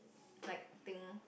lighting